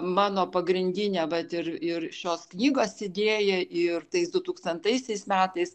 mano pagrindinė vat ir ir šios knygos idėja ir tais dutūkstantaisiais metais